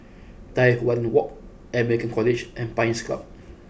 Tai Hwan Walk American College and Pines Club